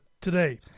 today